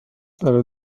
برا